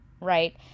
right